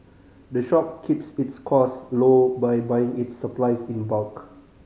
the shop keeps its costs low by buying its supplies in bulk